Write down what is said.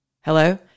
Hello